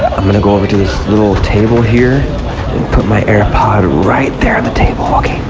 i'm gonna go over to this little table here, and put my airpod right there on the table. okay.